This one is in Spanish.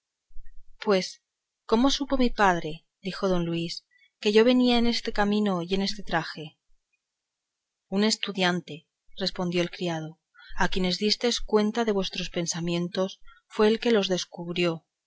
pues cómo supo mi padre dijo don luis que yo venía este camino y en este traje un estudiante respondió el criado a quien distes cuenta de vuestros pensamientos fue el que lo descubrió